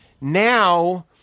now